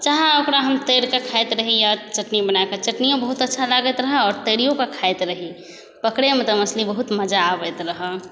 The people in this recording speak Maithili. चाहै ओकरा हम तरिकऽ खाइत रही या चटनी बनाकऽ चटनिओ बहुत अच्छा लागैत रहै आओर तरिओ कऽ खाइत रही पकड़ैमे तऽ मछली बहुत मजा आबैत रहै